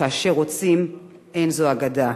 שכאשר רוצים, אין זו אגדה.